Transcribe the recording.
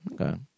Okay